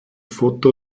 foto